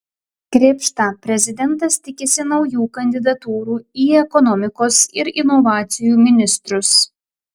krėpšta prezidentas tikisi naujų kandidatūrų į ekonomikos ir inovacijų ministrus